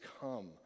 come